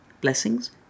blessings